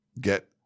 get